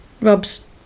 Rob's